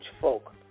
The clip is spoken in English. folk